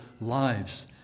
lives